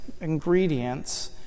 ingredients